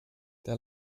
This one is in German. der